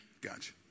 gotcha